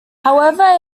however